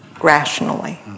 rationally